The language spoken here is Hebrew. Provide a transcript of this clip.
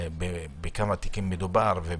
בכמה תיקים מדובר.